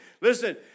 Listen